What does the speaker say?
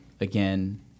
again